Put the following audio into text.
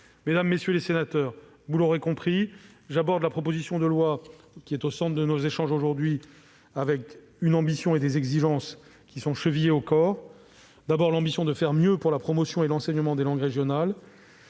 Mesdames, messieurs les sénateurs, vous l'aurez compris, j'aborderai la proposition de loi qui est au centre de nos échanges aujourd'hui avec une ambition et des exigences chevillées au corps : l'ambition de faire mieux pour la promotion et l'enseignement des langues régionales,